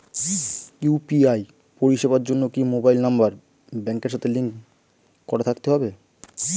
UPI পরিষেবার জন্য কি মোবাইল নাম্বার ব্যাংকের সাথে লিংক করা থাকতে হবে?